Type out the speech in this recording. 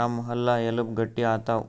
ನಮ್ ಹಲ್ಲ ಎಲಬ್ ಗಟ್ಟಿ ಆತವ್